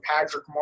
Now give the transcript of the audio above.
Patrick